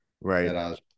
Right